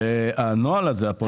זה מאוד חשוב לנו.